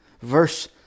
Verse